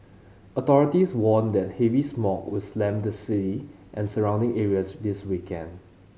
authorities warned that heavy smog would slam the city and surrounding areas this weekend